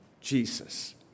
Jesus